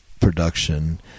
production